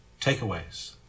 Takeaways